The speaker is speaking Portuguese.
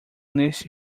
neste